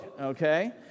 okay